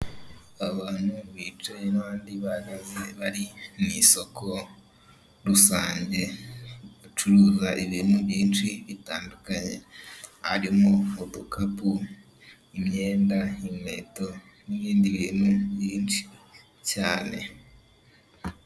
Abantu bicaye abandi bahagaze bari mu isoko rusange bacuruza ibintu byinshi bitandukanye harimo udukapu, imyenda, inkweto n'ibindi bintu byinshi cyane.